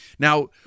Now